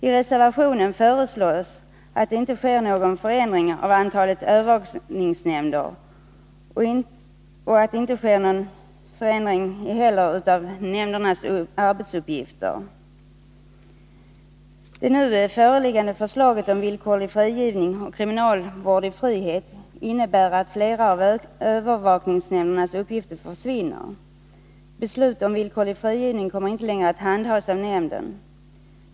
I reservationen föreslås att det inte sker någon förändring av antalet övervakningsnämnder liksom inte heller av nämndernas arbetsuppgifter. Det nu föreliggande förslaget om villkorlig frigivning och kriminalvård i frihet innebär att flera av övervakningsnämndernas uppgifter försvinner. Beslut om villkorlig frigivning kommer inte längre att handhas av nämnden.